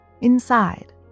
Inside